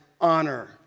honor